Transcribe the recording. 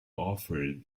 offered